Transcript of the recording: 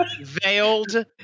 veiled